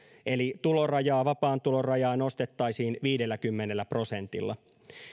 eli vapaan tulon rajaa nostettaisiin viidelläkymmenellä prosentilla